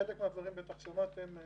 חלק מהדברים בטח שמעתם,